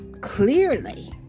clearly